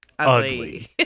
ugly